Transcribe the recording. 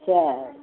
अच्छा